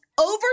Over